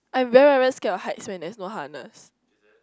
I'm very very scared of heights when there is no harness